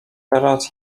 teraz